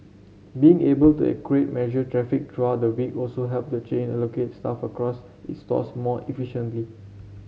being able to accurate measure traffic throughout the week also helped the chain allocate staff across its stores more efficiently